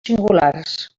singulars